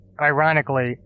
ironically